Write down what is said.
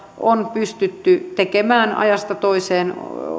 on pystytty tekemään ajasta toiseen